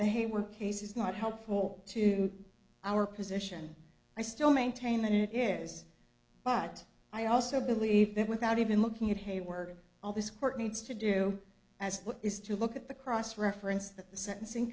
they were cases not helpful to our position i still maintain that it is but i also believe that without even looking at hayward all this court needs to do as well is to look at the cross reference that the sentencing